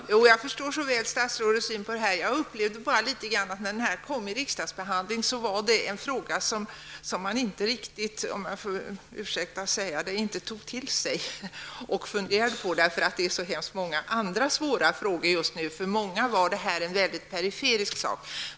Herr talman! Jag förstår mycket väl statsrådets syn på detta. Men jag upplevde det vid riksdagsbehandlingen av frågan så, att det var en fråga som man -- om uttrycket ursäktas -- inte riktigt tog till sig och funderade över. Det finns just nu så många andra svåra frågor, och för många var denna fråga väldigt periferisk.